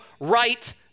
right